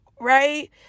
right